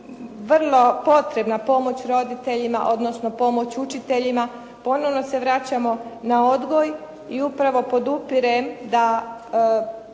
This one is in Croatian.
vrlo potrebna pomoć roditeljima, odnosno pomoć učiteljima, ponovno se vraćamo na odgoj i upravo podupirem da